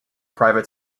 private